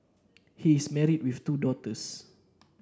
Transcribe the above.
he is married with two daughters